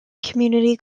community